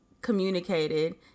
communicated